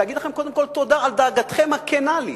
להגיד לכם קודם כול תודה על דאגתכם הכנה לי